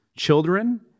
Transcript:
children